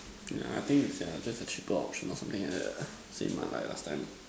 yeah I think it's uh just a cheaper option or something like that ah same ah like last time